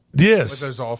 Yes